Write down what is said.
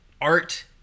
Art